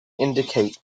indicate